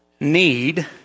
need